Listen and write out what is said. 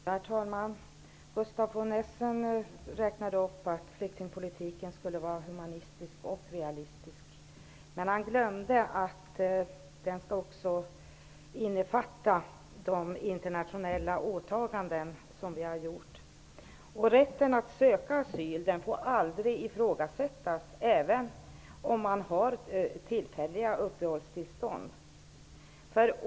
Herr talman! Gustaf von Essen sade att flyktingpolitiken skulle vara humanistisk och realistisk. Men han glömde att den också skall innefatta de internationella åtaganden som Sverige har gjort. Rätten att söka asyl får aldrig ifrågasättas, även om man har tillfälligt uppehållstillstånd.